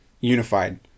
unified